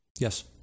Yes